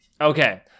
Okay